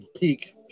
peak